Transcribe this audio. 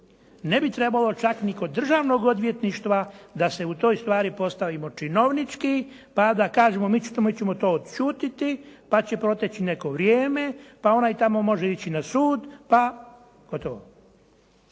Ne bi trebalo čak ni kod državnog odvjetništva da se u toj stvari postavimo činovnički pa da kažemo mi ćemo to odćutiti pa će proteći neko vrijeme, pa onaj tamo može ići na sud, pa